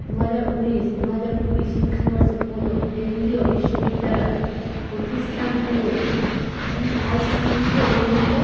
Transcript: দু হাজার উনিশ দু হাজার কুড়ি শিক্ষাবর্ষে কোনো কেন্দ্রীয় বিশ্ববিদ্যালয় প্রতিষ্ঠানগুলো এ ই আই সি টিতে অনুমোদিত